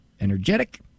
energetic